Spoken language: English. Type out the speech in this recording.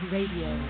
Radio